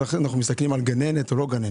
אנחנו מסתכלים על גננת או לא גננת.